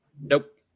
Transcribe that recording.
Nope